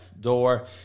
door